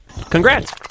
Congrats